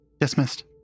Dismissed